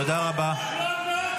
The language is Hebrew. תודה רבה.